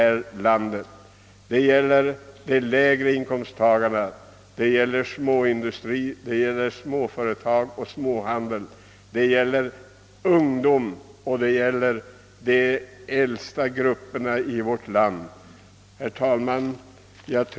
Jag syftar härvidlag på de lägre inkomsttagarna inom särskilt handeln och småföretagsamheten och även bland ungdomarna och 'åldringarna i vårt land. Herr talman!